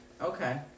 Okay